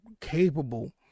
capable